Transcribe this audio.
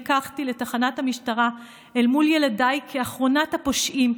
נלקחתי לתחנת המשטרה אל מול ילדיי כאחרונת הפושעים,